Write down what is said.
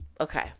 Okay